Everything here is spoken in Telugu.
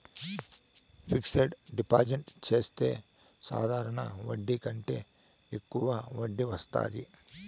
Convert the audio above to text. ఫిక్సడ్ డిపాజిట్ చెత్తే సాధారణ వడ్డీ కంటే యెక్కువ వడ్డీ వత్తాది